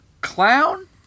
clown